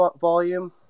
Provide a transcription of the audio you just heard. volume